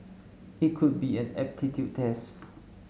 it could be an aptitude test